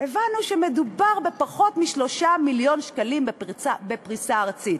הבנו שמדובר בפחות מ-3 מיליון שקלים בפריסה ארצית.